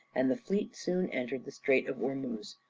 and the fleet soon entered the strait of ormuz,